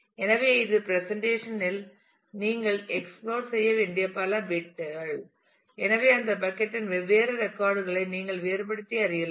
எனவே இது பிரசன்டேஷன்இல் நீங்கள் எக்ஸ்ப்ளோர் செய்ய வேண்டிய பல பிட்கள் எனவே அந்த பக்கட் இன் வெவ்வேறு ரெக்கார்ட் களை நீங்கள் வேறுபடுத்தி அறியலாம்